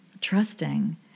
trusting